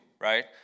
right